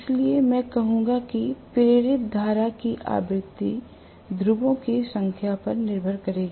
इसलिए मैं कहूंगा कि प्रेरित धारा की आवृत्ति ध्रुवों की संख्या पर निर्भर करेगी